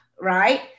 right